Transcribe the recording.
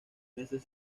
meses